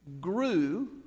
grew